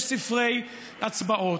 יש ספרי הצבעות.